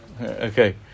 Okay